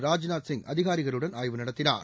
ராஜ்நாத் சிங் அதிகாரிகளுடன் ஆய்வு நடத்தினார்